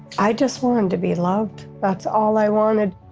i just want them to be loved. that's all i wanted.